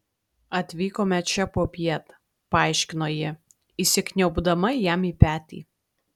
atvykome čia popiet paaiškino ji įsikniaubdama jam į petį